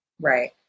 right